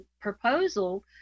proposal